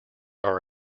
are